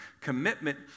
Commitment